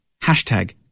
hashtag